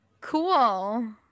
Cool